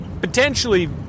potentially